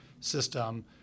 system